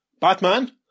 Batman